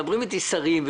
מדברים איתי שרים,